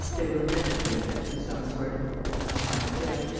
they will invent a pretext of some sort that's not my affair.